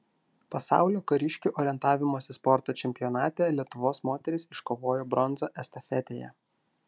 pasaulio kariškių orientavimosi sporto čempionate lietuvos moterys iškovojo bronzą estafetėje